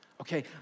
Okay